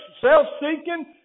self-seeking